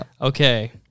Okay